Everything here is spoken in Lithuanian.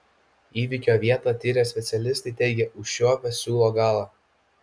įvykio vietą tyrę specialistai teigia užčiuopę siūlo galą